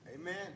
Amen